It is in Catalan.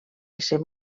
ésser